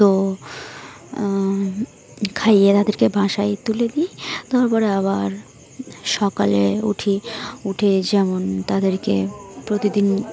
তো খাইয়ে তাদেরকে বাসায় তুলে দিই তারপরে আবার সকালে উঠি উঠে যেমন তাদেরকে প্রতিদিন